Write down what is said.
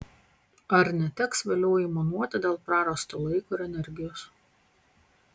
ar neteks vėliau aimanuoti dėl prarasto laiko ir energijos